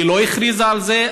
היא לא הכריזה על זה,